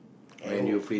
at home